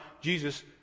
jesus